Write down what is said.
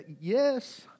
Yes